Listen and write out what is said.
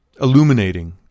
illuminating